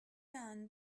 man